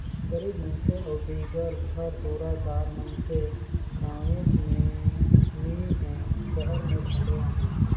गरीब मइनसे अउ बिगर घर दुरा दार मइनसे गाँवेच में नी हें, सहर में घलो अहें